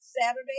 Saturday